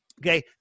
okay